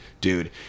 Dude